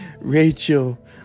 Rachel